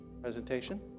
presentation